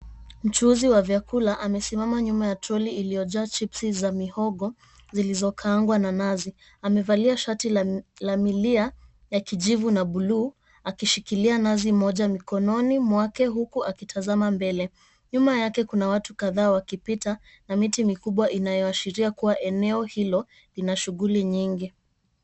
Mchuuzi wa vyakula amesimama nyuma ya treni iliyojaa chipsi za mihogo zilizokangwa na nazi. Amevalia shati la milia ya kijivu na buluu akishikilia nazi moja mikononi mwake, huku akitazama mbele. Nyuma yake kuna watu kadhaa wakipita na miti mikubwa inayoashiria kuwa eneo hilo linashughuli nyingi.